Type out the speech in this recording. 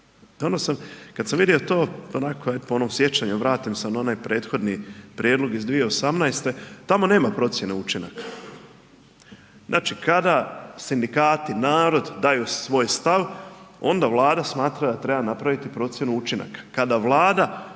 kad sam vidio to onako aj po onom sjećanju vratim se na onaj prethodni prijedlog iz 2018., tamo nema procjene učinaka. Znači, kada sindikati, narod daju svoj stav, onda Vlada smatra da treba napraviti procjenu učinaka.